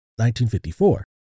1954